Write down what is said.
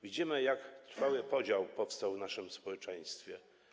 Widzimy, jak trwały podział powstał w naszym społeczeństwie.